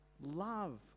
Love